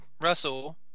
Russell